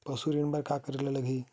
पशु ऋण बर का करे ला लगही?